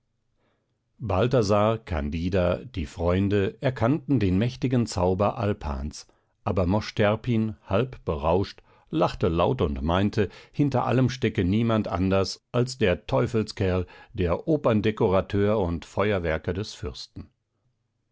balthasar candida die freunde erkannten den mächtigen zauber alpans aber mosch terpin halb berauscht lachte laut und meinte hinter allem stecke niemand anders als der teufelskerl der operndekorateur und feuerwerker des fürsten